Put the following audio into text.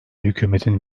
hükümetin